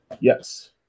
Yes